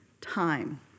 time